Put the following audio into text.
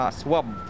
swab